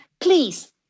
please